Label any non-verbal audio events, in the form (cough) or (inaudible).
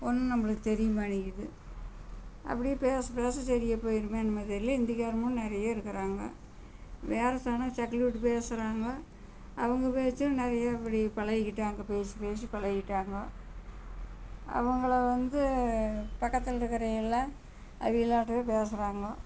ஒன்றும் நம்மளுக்கு தெரிய மாட்டேங்கிறது அப்படியே பேச பேச சரி எப்போ இனிமே நம்ம இதில் இந்திக்காரமும் நிறையா இருக்கிறாங்க வேறு சனம் (unintelligible) பேசுகிறாங்க அவங்க பேச்சும் நிறையா இப்படி பழகிக்கிட்டாங்க பேசி பேசி பழகிக்கிட்டாங்க அவங்கள வந்து பக்கத்தில் இருக்கையில் அவங்களாட்டமே பேசுறாங்க